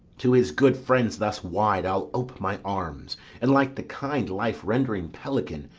to his good friends thus wide i'll ope my arms and, like the kind life-rendering pelican,